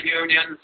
unions